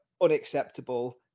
Unacceptable